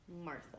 Martha